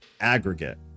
aggregate